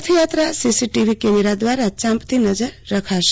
Rathyatra CCTV camera દ્રારા ચાપતી નજર રખાશે